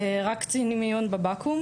רק קצין מיון בב"קום